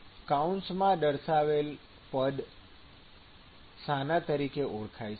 કૌંસમાં દર્શાવેલ પદ શાના તરીકે ઓળખાય છે